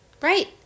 Right